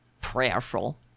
Prayerful